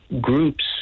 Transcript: groups